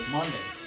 Monday